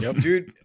dude